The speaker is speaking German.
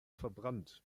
verbrannt